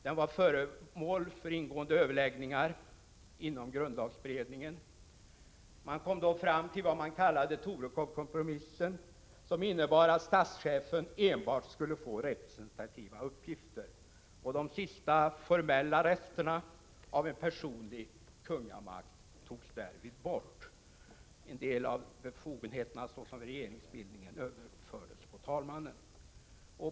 Den var föremål för ingående överläggningar inom grundlagberedningen. Man kom då fram till vad som kallades Torekovkompromissen, som innebar att statschefen enbart skulle få representativa uppgifter. De sista formella resterna av en personlig kungamakt togs därvid bort. En del av befogenheterna, såsom regeringsbildningen, överfördes på talmannen.